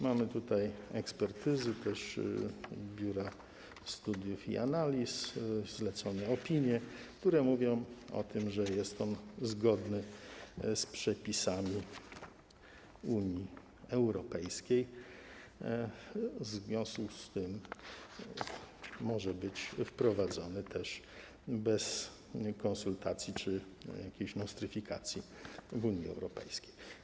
Mamy tutaj też ekspertyzy Biura Studiów i Analiz, zlecone opinie, które mówią o tym, że jest on zgodny z przepisami Unii Europejskiej, w związku z czym może być też wprowadzony bez konsultacji czy jakiejś nostryfikacji w Unii Europejskiej.